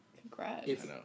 Congrats